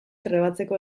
trebatzeko